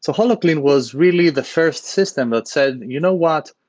so holoclean was really the first system that said, you know what?